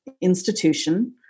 institution